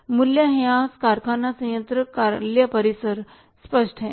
मूल्य ह्रास कारखाना संयंत्र कार्यालय परिसर स्पष्ट है ना